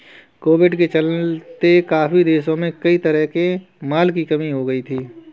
Covid के चलते काफी देशों में कई तरह के माल की कमी हो गई थी